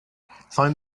find